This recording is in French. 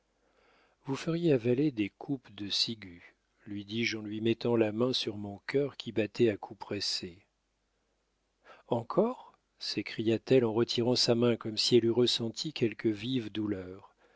vous feriez avaler des coupes de ciguë lui dis-je en lui mettant la main sur mon cœur qui battait à coups pressés encore s'écria-t-elle en retirant sa main comme si elle eût ressenti quelque vive douleur